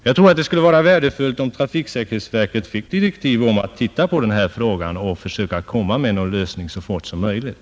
Jag tror att det vore värdefullt om trafiksäkerhetsverket fick direktiv om att undersöka denna fråga och att försöka lägga fram förslag till en lösning så snart som möjligt.